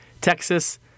Texas